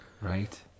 right